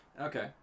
Okay